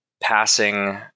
passing